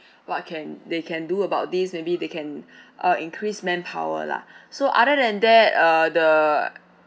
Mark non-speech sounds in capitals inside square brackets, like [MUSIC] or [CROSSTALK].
[BREATH] what can they can do about this maybe they can [BREATH] uh increase manpower lah [BREATH] so other than that uh the